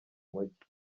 mujyi